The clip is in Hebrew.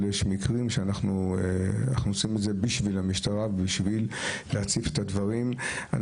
אבל יש מקרים שאנחנו עושים את זה בשביל המשטרה ובשביל להציף את הדברים.